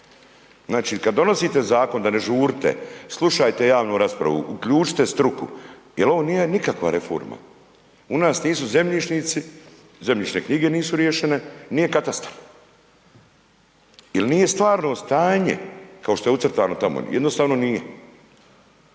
Znači kad donosite Zakon, onda ne žurite, slušajte javnu raspravu, uključite struku, jer ovo nije nikakva reforma, u nas nisu zemljišnici, zemljišne knjige nisu riješene, nije katastar, jer nije stvarno stanje kao što je ucrtano tamo, jednostavno nije.